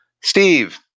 Steve